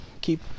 keep